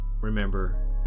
remember